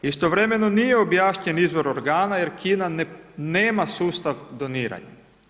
Istovremeno nije objašnjen izvor organa jer Kina nema sustav doniranja.